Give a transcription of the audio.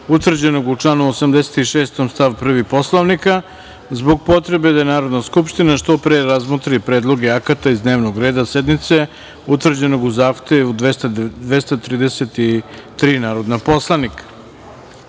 utvrđenog u članu 86. stav 1. Poslovnika, zbog potrebe da Narodna skupština što pre razmotri predloge akata iz dnevnog reda sednice, utvrđenog u zahtevu 233 narodna poslanika. Dostavljen